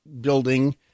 building